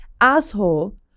asshole